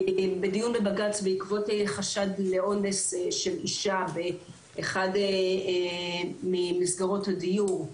בדיון בבג"ץ בעקבות חשד לאונס של אישה באחד ממסגרות הדיור,